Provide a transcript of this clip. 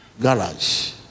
garage